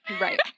Right